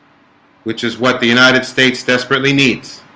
which is what the united states desperately needs